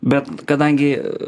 bet kadangi